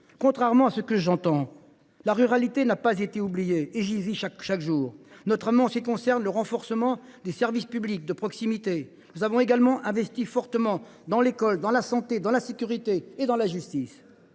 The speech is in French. Contrairement à ce que j’entends, la ruralité n’a pas été oubliée – j’y vis chaque jour –, notamment en ce qui concerne le renforcement des services publics de proximité. Nous avons également investi fortement dans l’école, dans la santé, dans la sécurité et dans la justice.